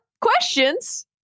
questions